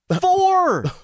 Four